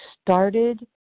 started